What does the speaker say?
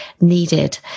needed